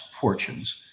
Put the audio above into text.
fortunes